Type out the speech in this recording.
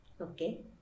Okay